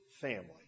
family